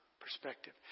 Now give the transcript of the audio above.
perspective